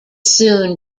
soon